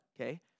okay